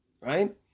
right